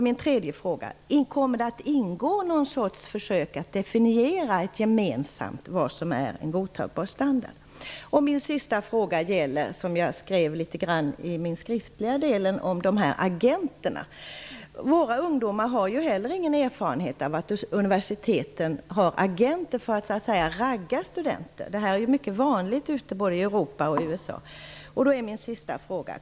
Min tredje fråga är: Kommer det att ingå något försök att gemensamt definiera vad som är godtagbar standard? Min sista fråga gäller det som jag nämnde litet grand i den skriftliga delen, nämligen agenterna. Våra ungdomar har inte heller någon erfarenhet av att universiteten har agenter för att ragga studenter. Detta är mycket vanligt både i Europa och USA.